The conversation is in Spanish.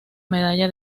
medalla